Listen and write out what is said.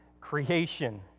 creation